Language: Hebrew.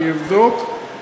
אני אבדוק,